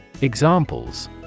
Examples